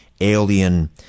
alien